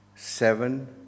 Seven